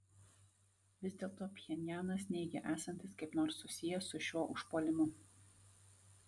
vis dėlto pchenjanas neigia esantis kaip nors susijęs su šiuo užpuolimu